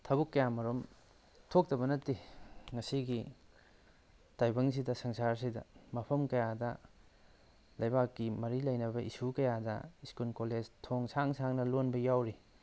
ꯊꯕꯛ ꯀꯌꯥ ꯑꯃꯔꯣꯝ ꯊꯣꯛꯇ ꯅꯠꯇꯦ ꯉꯁꯤꯒꯤ ꯇꯥꯏꯕꯪꯁꯤꯗ ꯁꯪꯁꯥꯔꯁꯤꯗ ꯃꯐꯝ ꯀꯌꯥꯗ ꯂꯩꯕꯥꯛꯀꯤ ꯃꯔꯤ ꯂꯩꯅꯕ ꯏꯁꯨ ꯀꯌꯥꯗ ꯁ꯭ꯀꯨꯜ ꯀꯣꯂꯦꯖ ꯊꯣꯡ ꯁꯥꯡ ꯁꯥꯡꯅ ꯂꯣꯟꯕ ꯌꯥꯎꯔꯤ